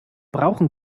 brauchen